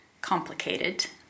complicated